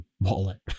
wallet